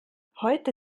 heute